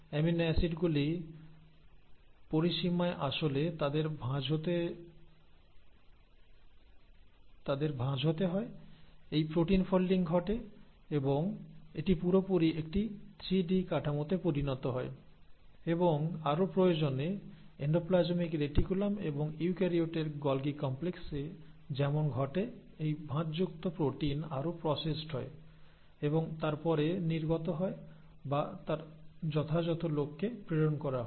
amino অ্যাসিডগুলি পরিসীমায় আসলে তাদের ভাঁজ হতে হয় তাই প্রোটিন ফোল্ডিং ঘটে এবং এটি পুরোপুরি একটি 3 D কাঠামোতে পরিণত হয় এবং আরো প্রয়োজনে এন্ডোপ্লাজমিক রেটিকুলাম এবং ইউক্যারিওটের গোলগি কমপ্লেক্সে যেমন ঘটে এই ভাঁজযুক্ত প্রোটিন আরও প্রসেসড হয় এবং তারপরে নির্গত হয় বা তার যথাযথ লক্ষ্যে প্রেরণ করা হয়